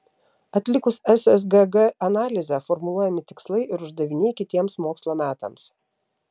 atlikus ssgg analizę formuluojami tikslai ir uždaviniai kitiems mokslo metams